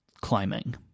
climbing